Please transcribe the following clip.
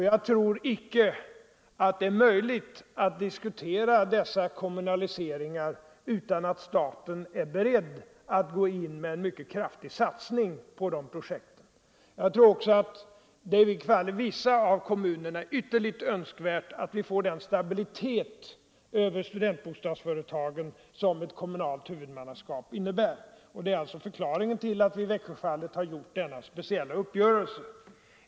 Jag tror icke att det är möjligt att diskutera sådana kommunaliseringar utan att staten är beredd att gå in med en mycket kraftig satsning på projekten. I vissa fall är det nog också ytterligt önskvärt att vi får den stabilitet hos studentbostadsföretagen som ett kommunalt huvudmannaskap innebär. Det är alltså förklaringen till att vi i Växjöfallet har träffat denna speciella uppgörelse.